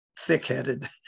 Thick-headed